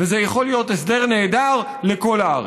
וזה יכול להיות הסדר נהדר לכל הארץ.